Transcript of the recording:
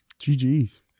GG's